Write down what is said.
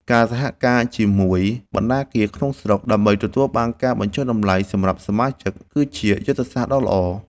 ការសហការជាមួយបណ្ណាគារក្នុងស្រុក ដើម្បីទទួលបានការបញ្ចុះតម្លៃសម្រាប់សមាជិក គឺជាយុទ្ធសាស្ត្រដ៏ល្អ។